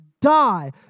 die